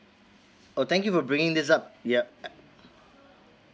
oo thank you for bringing this up yup